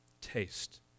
taste